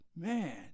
Man